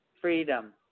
Freedom